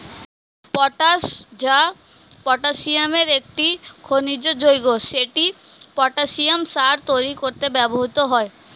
potash, যা পটাসিয়ামের একটি খনিজ যৌগ, সেটি পটাসিয়াম সার তৈরি করতে ব্যবহৃত হয়